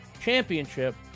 championship